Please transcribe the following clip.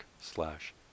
slash